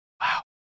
Wow